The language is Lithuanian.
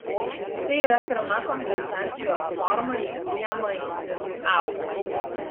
tai yra pirma kompensacijos forma įgyjama individui augant